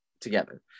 together